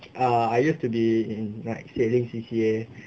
ah I still to be in like sailing C C A